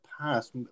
past